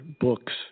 books